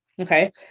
Okay